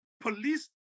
Police